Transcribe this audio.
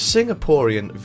Singaporean